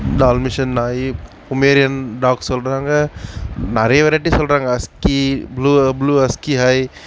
dalmatian நாய் pomeranian dogs சொல்கிறாங்க நிறைய வெரைட்டிஸ் சொல்கிறாங்க husky blue blue husky high